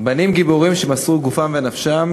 בנים גיבורים שמסרו גופם ונפשם